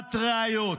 ולהעלמת ראיות.